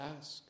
ask